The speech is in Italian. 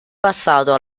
passato